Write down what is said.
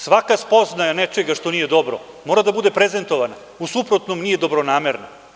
Svaka spoznaja nečega što nije dobro, mora da bude prezentovana, u suprotnom nije dobronamerna.